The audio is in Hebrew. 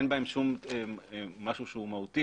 אין בהן משהו שהוא מהותי,